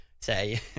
say